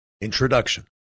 Introduction